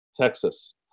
Texas